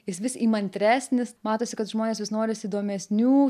jis vis įmantresnis matosi kad žmonės vis norisi įdomesnių